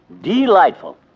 delightful